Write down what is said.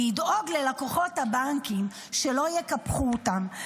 לדאוג ללקוחות הבנקים, שלא יקפחו אותם.